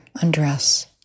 undress